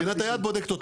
מדינת היעד בודקת אותו.